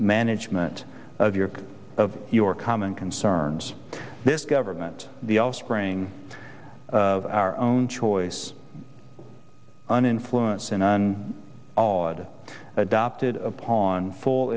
management of your of your common concerns this government the all spring of our own choice an influence in all i'd adopted upon full